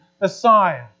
Messiah